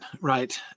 right